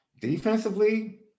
Defensively